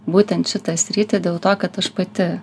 būtent šitą sritį dėl to kad aš pati